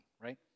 right